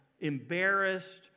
embarrassed